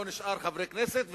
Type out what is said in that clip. לא נשארו חברי כנסת,